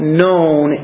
known